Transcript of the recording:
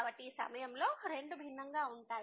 కాబట్టి ఈ సందర్భంలో రెండు భిన్నంగా ఉంటాయి